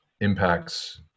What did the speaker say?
impacts